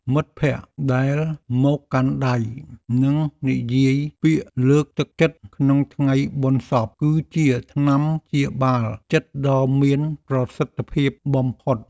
មិត្តភក្តិដែលមកកាន់ដៃ និងនិយាយពាក្យលើកទឹកចិត្តក្នុងថ្ងៃបុណ្យសព គឺជាថ្នាំព្យាបាលចិត្តដ៏មានប្រសិទ្ធភាពបំផុត។